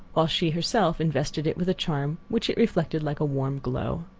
while she herself invested it with a charm which it reflected like a warm glow.